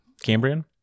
Cambrian